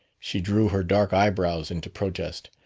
she drew her dark eyebrows into protest.